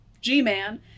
G-man